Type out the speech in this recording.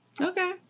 Okay